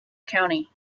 county